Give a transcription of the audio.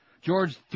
George